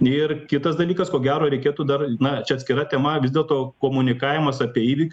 ir kitas dalykas ko gero reikėtų dar na čia atskira tema vis dėlto komunikavimas apie įvykius